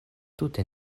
tute